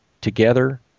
Together